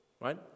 right